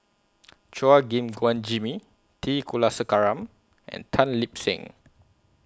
Chua Gim Guan Jimmy T Kulasekaram and Tan Lip Seng